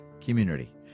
Community